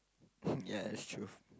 ya that's true